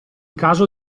caso